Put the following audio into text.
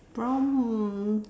brown um